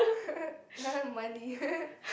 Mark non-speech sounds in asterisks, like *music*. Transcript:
*laughs* money *laughs*